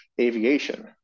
aviation